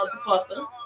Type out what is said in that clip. motherfucker